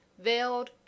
veiled